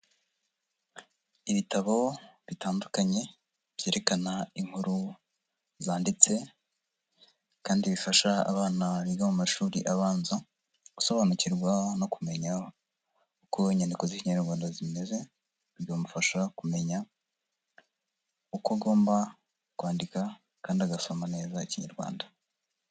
Ibitabo bitandukanye byerekana inkuru zanditse kandi bifasha abana biga mu mashuri abanza, gusobanukirwa no kumenya uko inyandiko z'Ikinyarwanda zimeze, bikamufasha kumenya uko agomba kwandika kandi agasoma neza Ikinyarwanda.